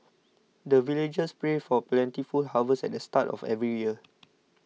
the villagers pray for plentiful harvest at the start of every year